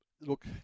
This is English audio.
Look